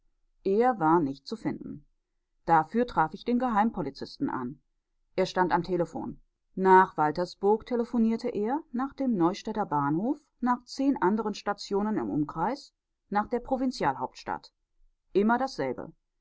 er war nicht zu finden dafür traf ich den geheimpolizisten an er stand am telephon nach waltersburg telephonierte er nach dem neustädter bahnhof nach zehn anderen stationen im umkreis nach der provinzialhauptstadt immer dasselbe